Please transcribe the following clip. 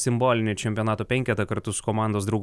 simbolinį čempionato penketą kartu su komandos draugu